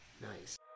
Nice